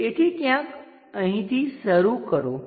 તેથી ક્યાંક અહીંથી શરૂ કરો